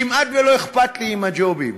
כמעט לא אכפת לי הג'ובים.